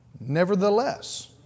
Nevertheless